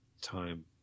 time